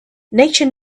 nature